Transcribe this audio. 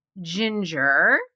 ginger